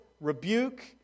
rebuke